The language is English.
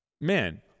man